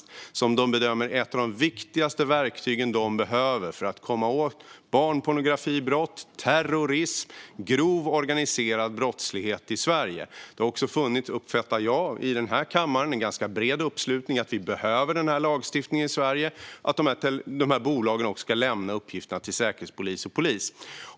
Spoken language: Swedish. Det är ett verktyg som de bedömer är ett av de viktigaste för att komma åt barnpornografibrott, terrorism och grov organiserad brottslighet i Sverige. Det har också funnits, uppfattar jag, ganska bred uppslutning här i kammaren runt att vi behöver denna lagstiftning i Sverige och att dessa bolag ska lämna uppgifterna till säkerhetspolis och polis.